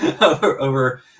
over